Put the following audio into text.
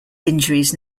injuries